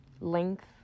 length